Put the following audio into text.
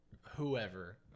whoever